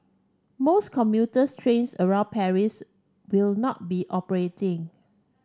most commuter trains around Paris will not be operating